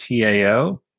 TAO